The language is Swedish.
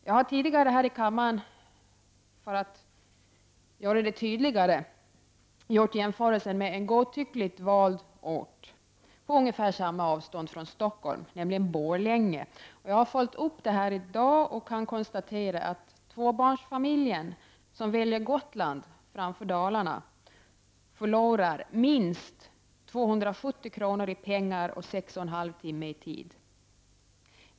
Jag har tidigare här i kammaren, för att göra det tydligare, gjort jämförelsen med en godtyckligt vald ort på ungefär samma avstånd från Stockholm, nämligen Borlänge. Jag har följt upp detta i dag och kan konstatera att en tvåbarnsfamilj som väljer Gotland framför Dalarna förlorar minst 270 kr. i pengar och 6 1/2 timme i tid.